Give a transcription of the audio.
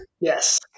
Yes